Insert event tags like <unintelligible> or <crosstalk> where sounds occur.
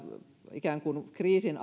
ikään kuin kriisin <unintelligible>